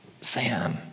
Sam